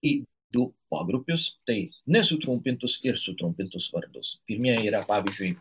į jų pogrupius tai nesutrumpintus ir sutrumpintus vardus pirmieji yra pavyzdžiui